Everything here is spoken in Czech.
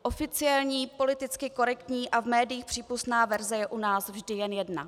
Oficiální, politicky korektní a v médiích přípustná verze je u nás vždy jen jedna.